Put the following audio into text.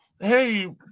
hey